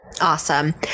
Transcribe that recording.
Awesome